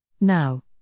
Now